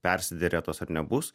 persiderėtos ar nebus